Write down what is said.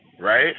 Right